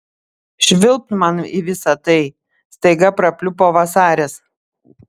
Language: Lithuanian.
švilpt man į visa tai staiga prapliupo vasaris